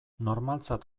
normaltzat